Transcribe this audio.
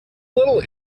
little